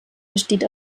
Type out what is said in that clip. besteht